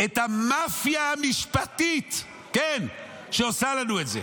את המאפיה המשפטית, כן, שעושה לנו את זה,